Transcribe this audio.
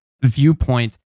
viewpoint